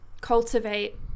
cultivate